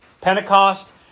Pentecost